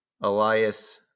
Elias